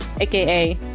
aka